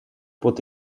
put